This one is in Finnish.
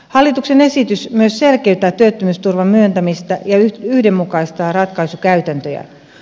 hallituksen esitys myös selkeyttää työttömyysturvan myöntämistä ja yhdenmukaistaa ratkaisukäytäntöjä